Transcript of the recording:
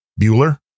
Bueller